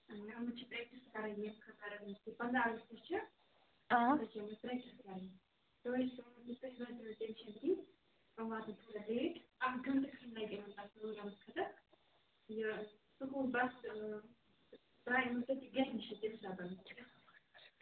آ